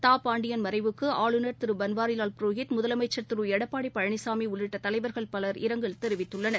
தா பாண்டியள் மறைவுக்கு ஆளுநர் திரு பன்வாரிலால் புரோகித் முதலமைச்சர் திரு எடப்பாடி உள்ளிட்ட தலைவர்கள் பவர் இரங்கல் தெரிவித்துள்ளனர்